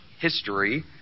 history